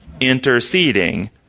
interceding